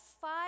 five